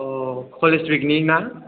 ओ कलेज विकनि ना